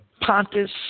Pontus